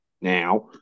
now